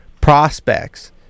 prospects